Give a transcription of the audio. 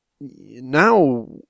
now